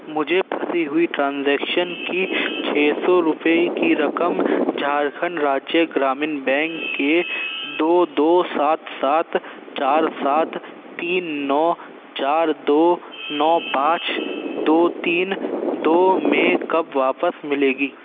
مجھے پھنسی ہوئی ٹرانزیکشن کی چھ سو روپئے کی رقم جھارکھنڈ راجیہ گرامین بینک کے دو دو سات سات چار سات تین نو چار دو نو پانچ دو تین دو میں کب واپس ملے گی